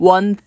One